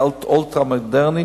אולטרה-מודרני,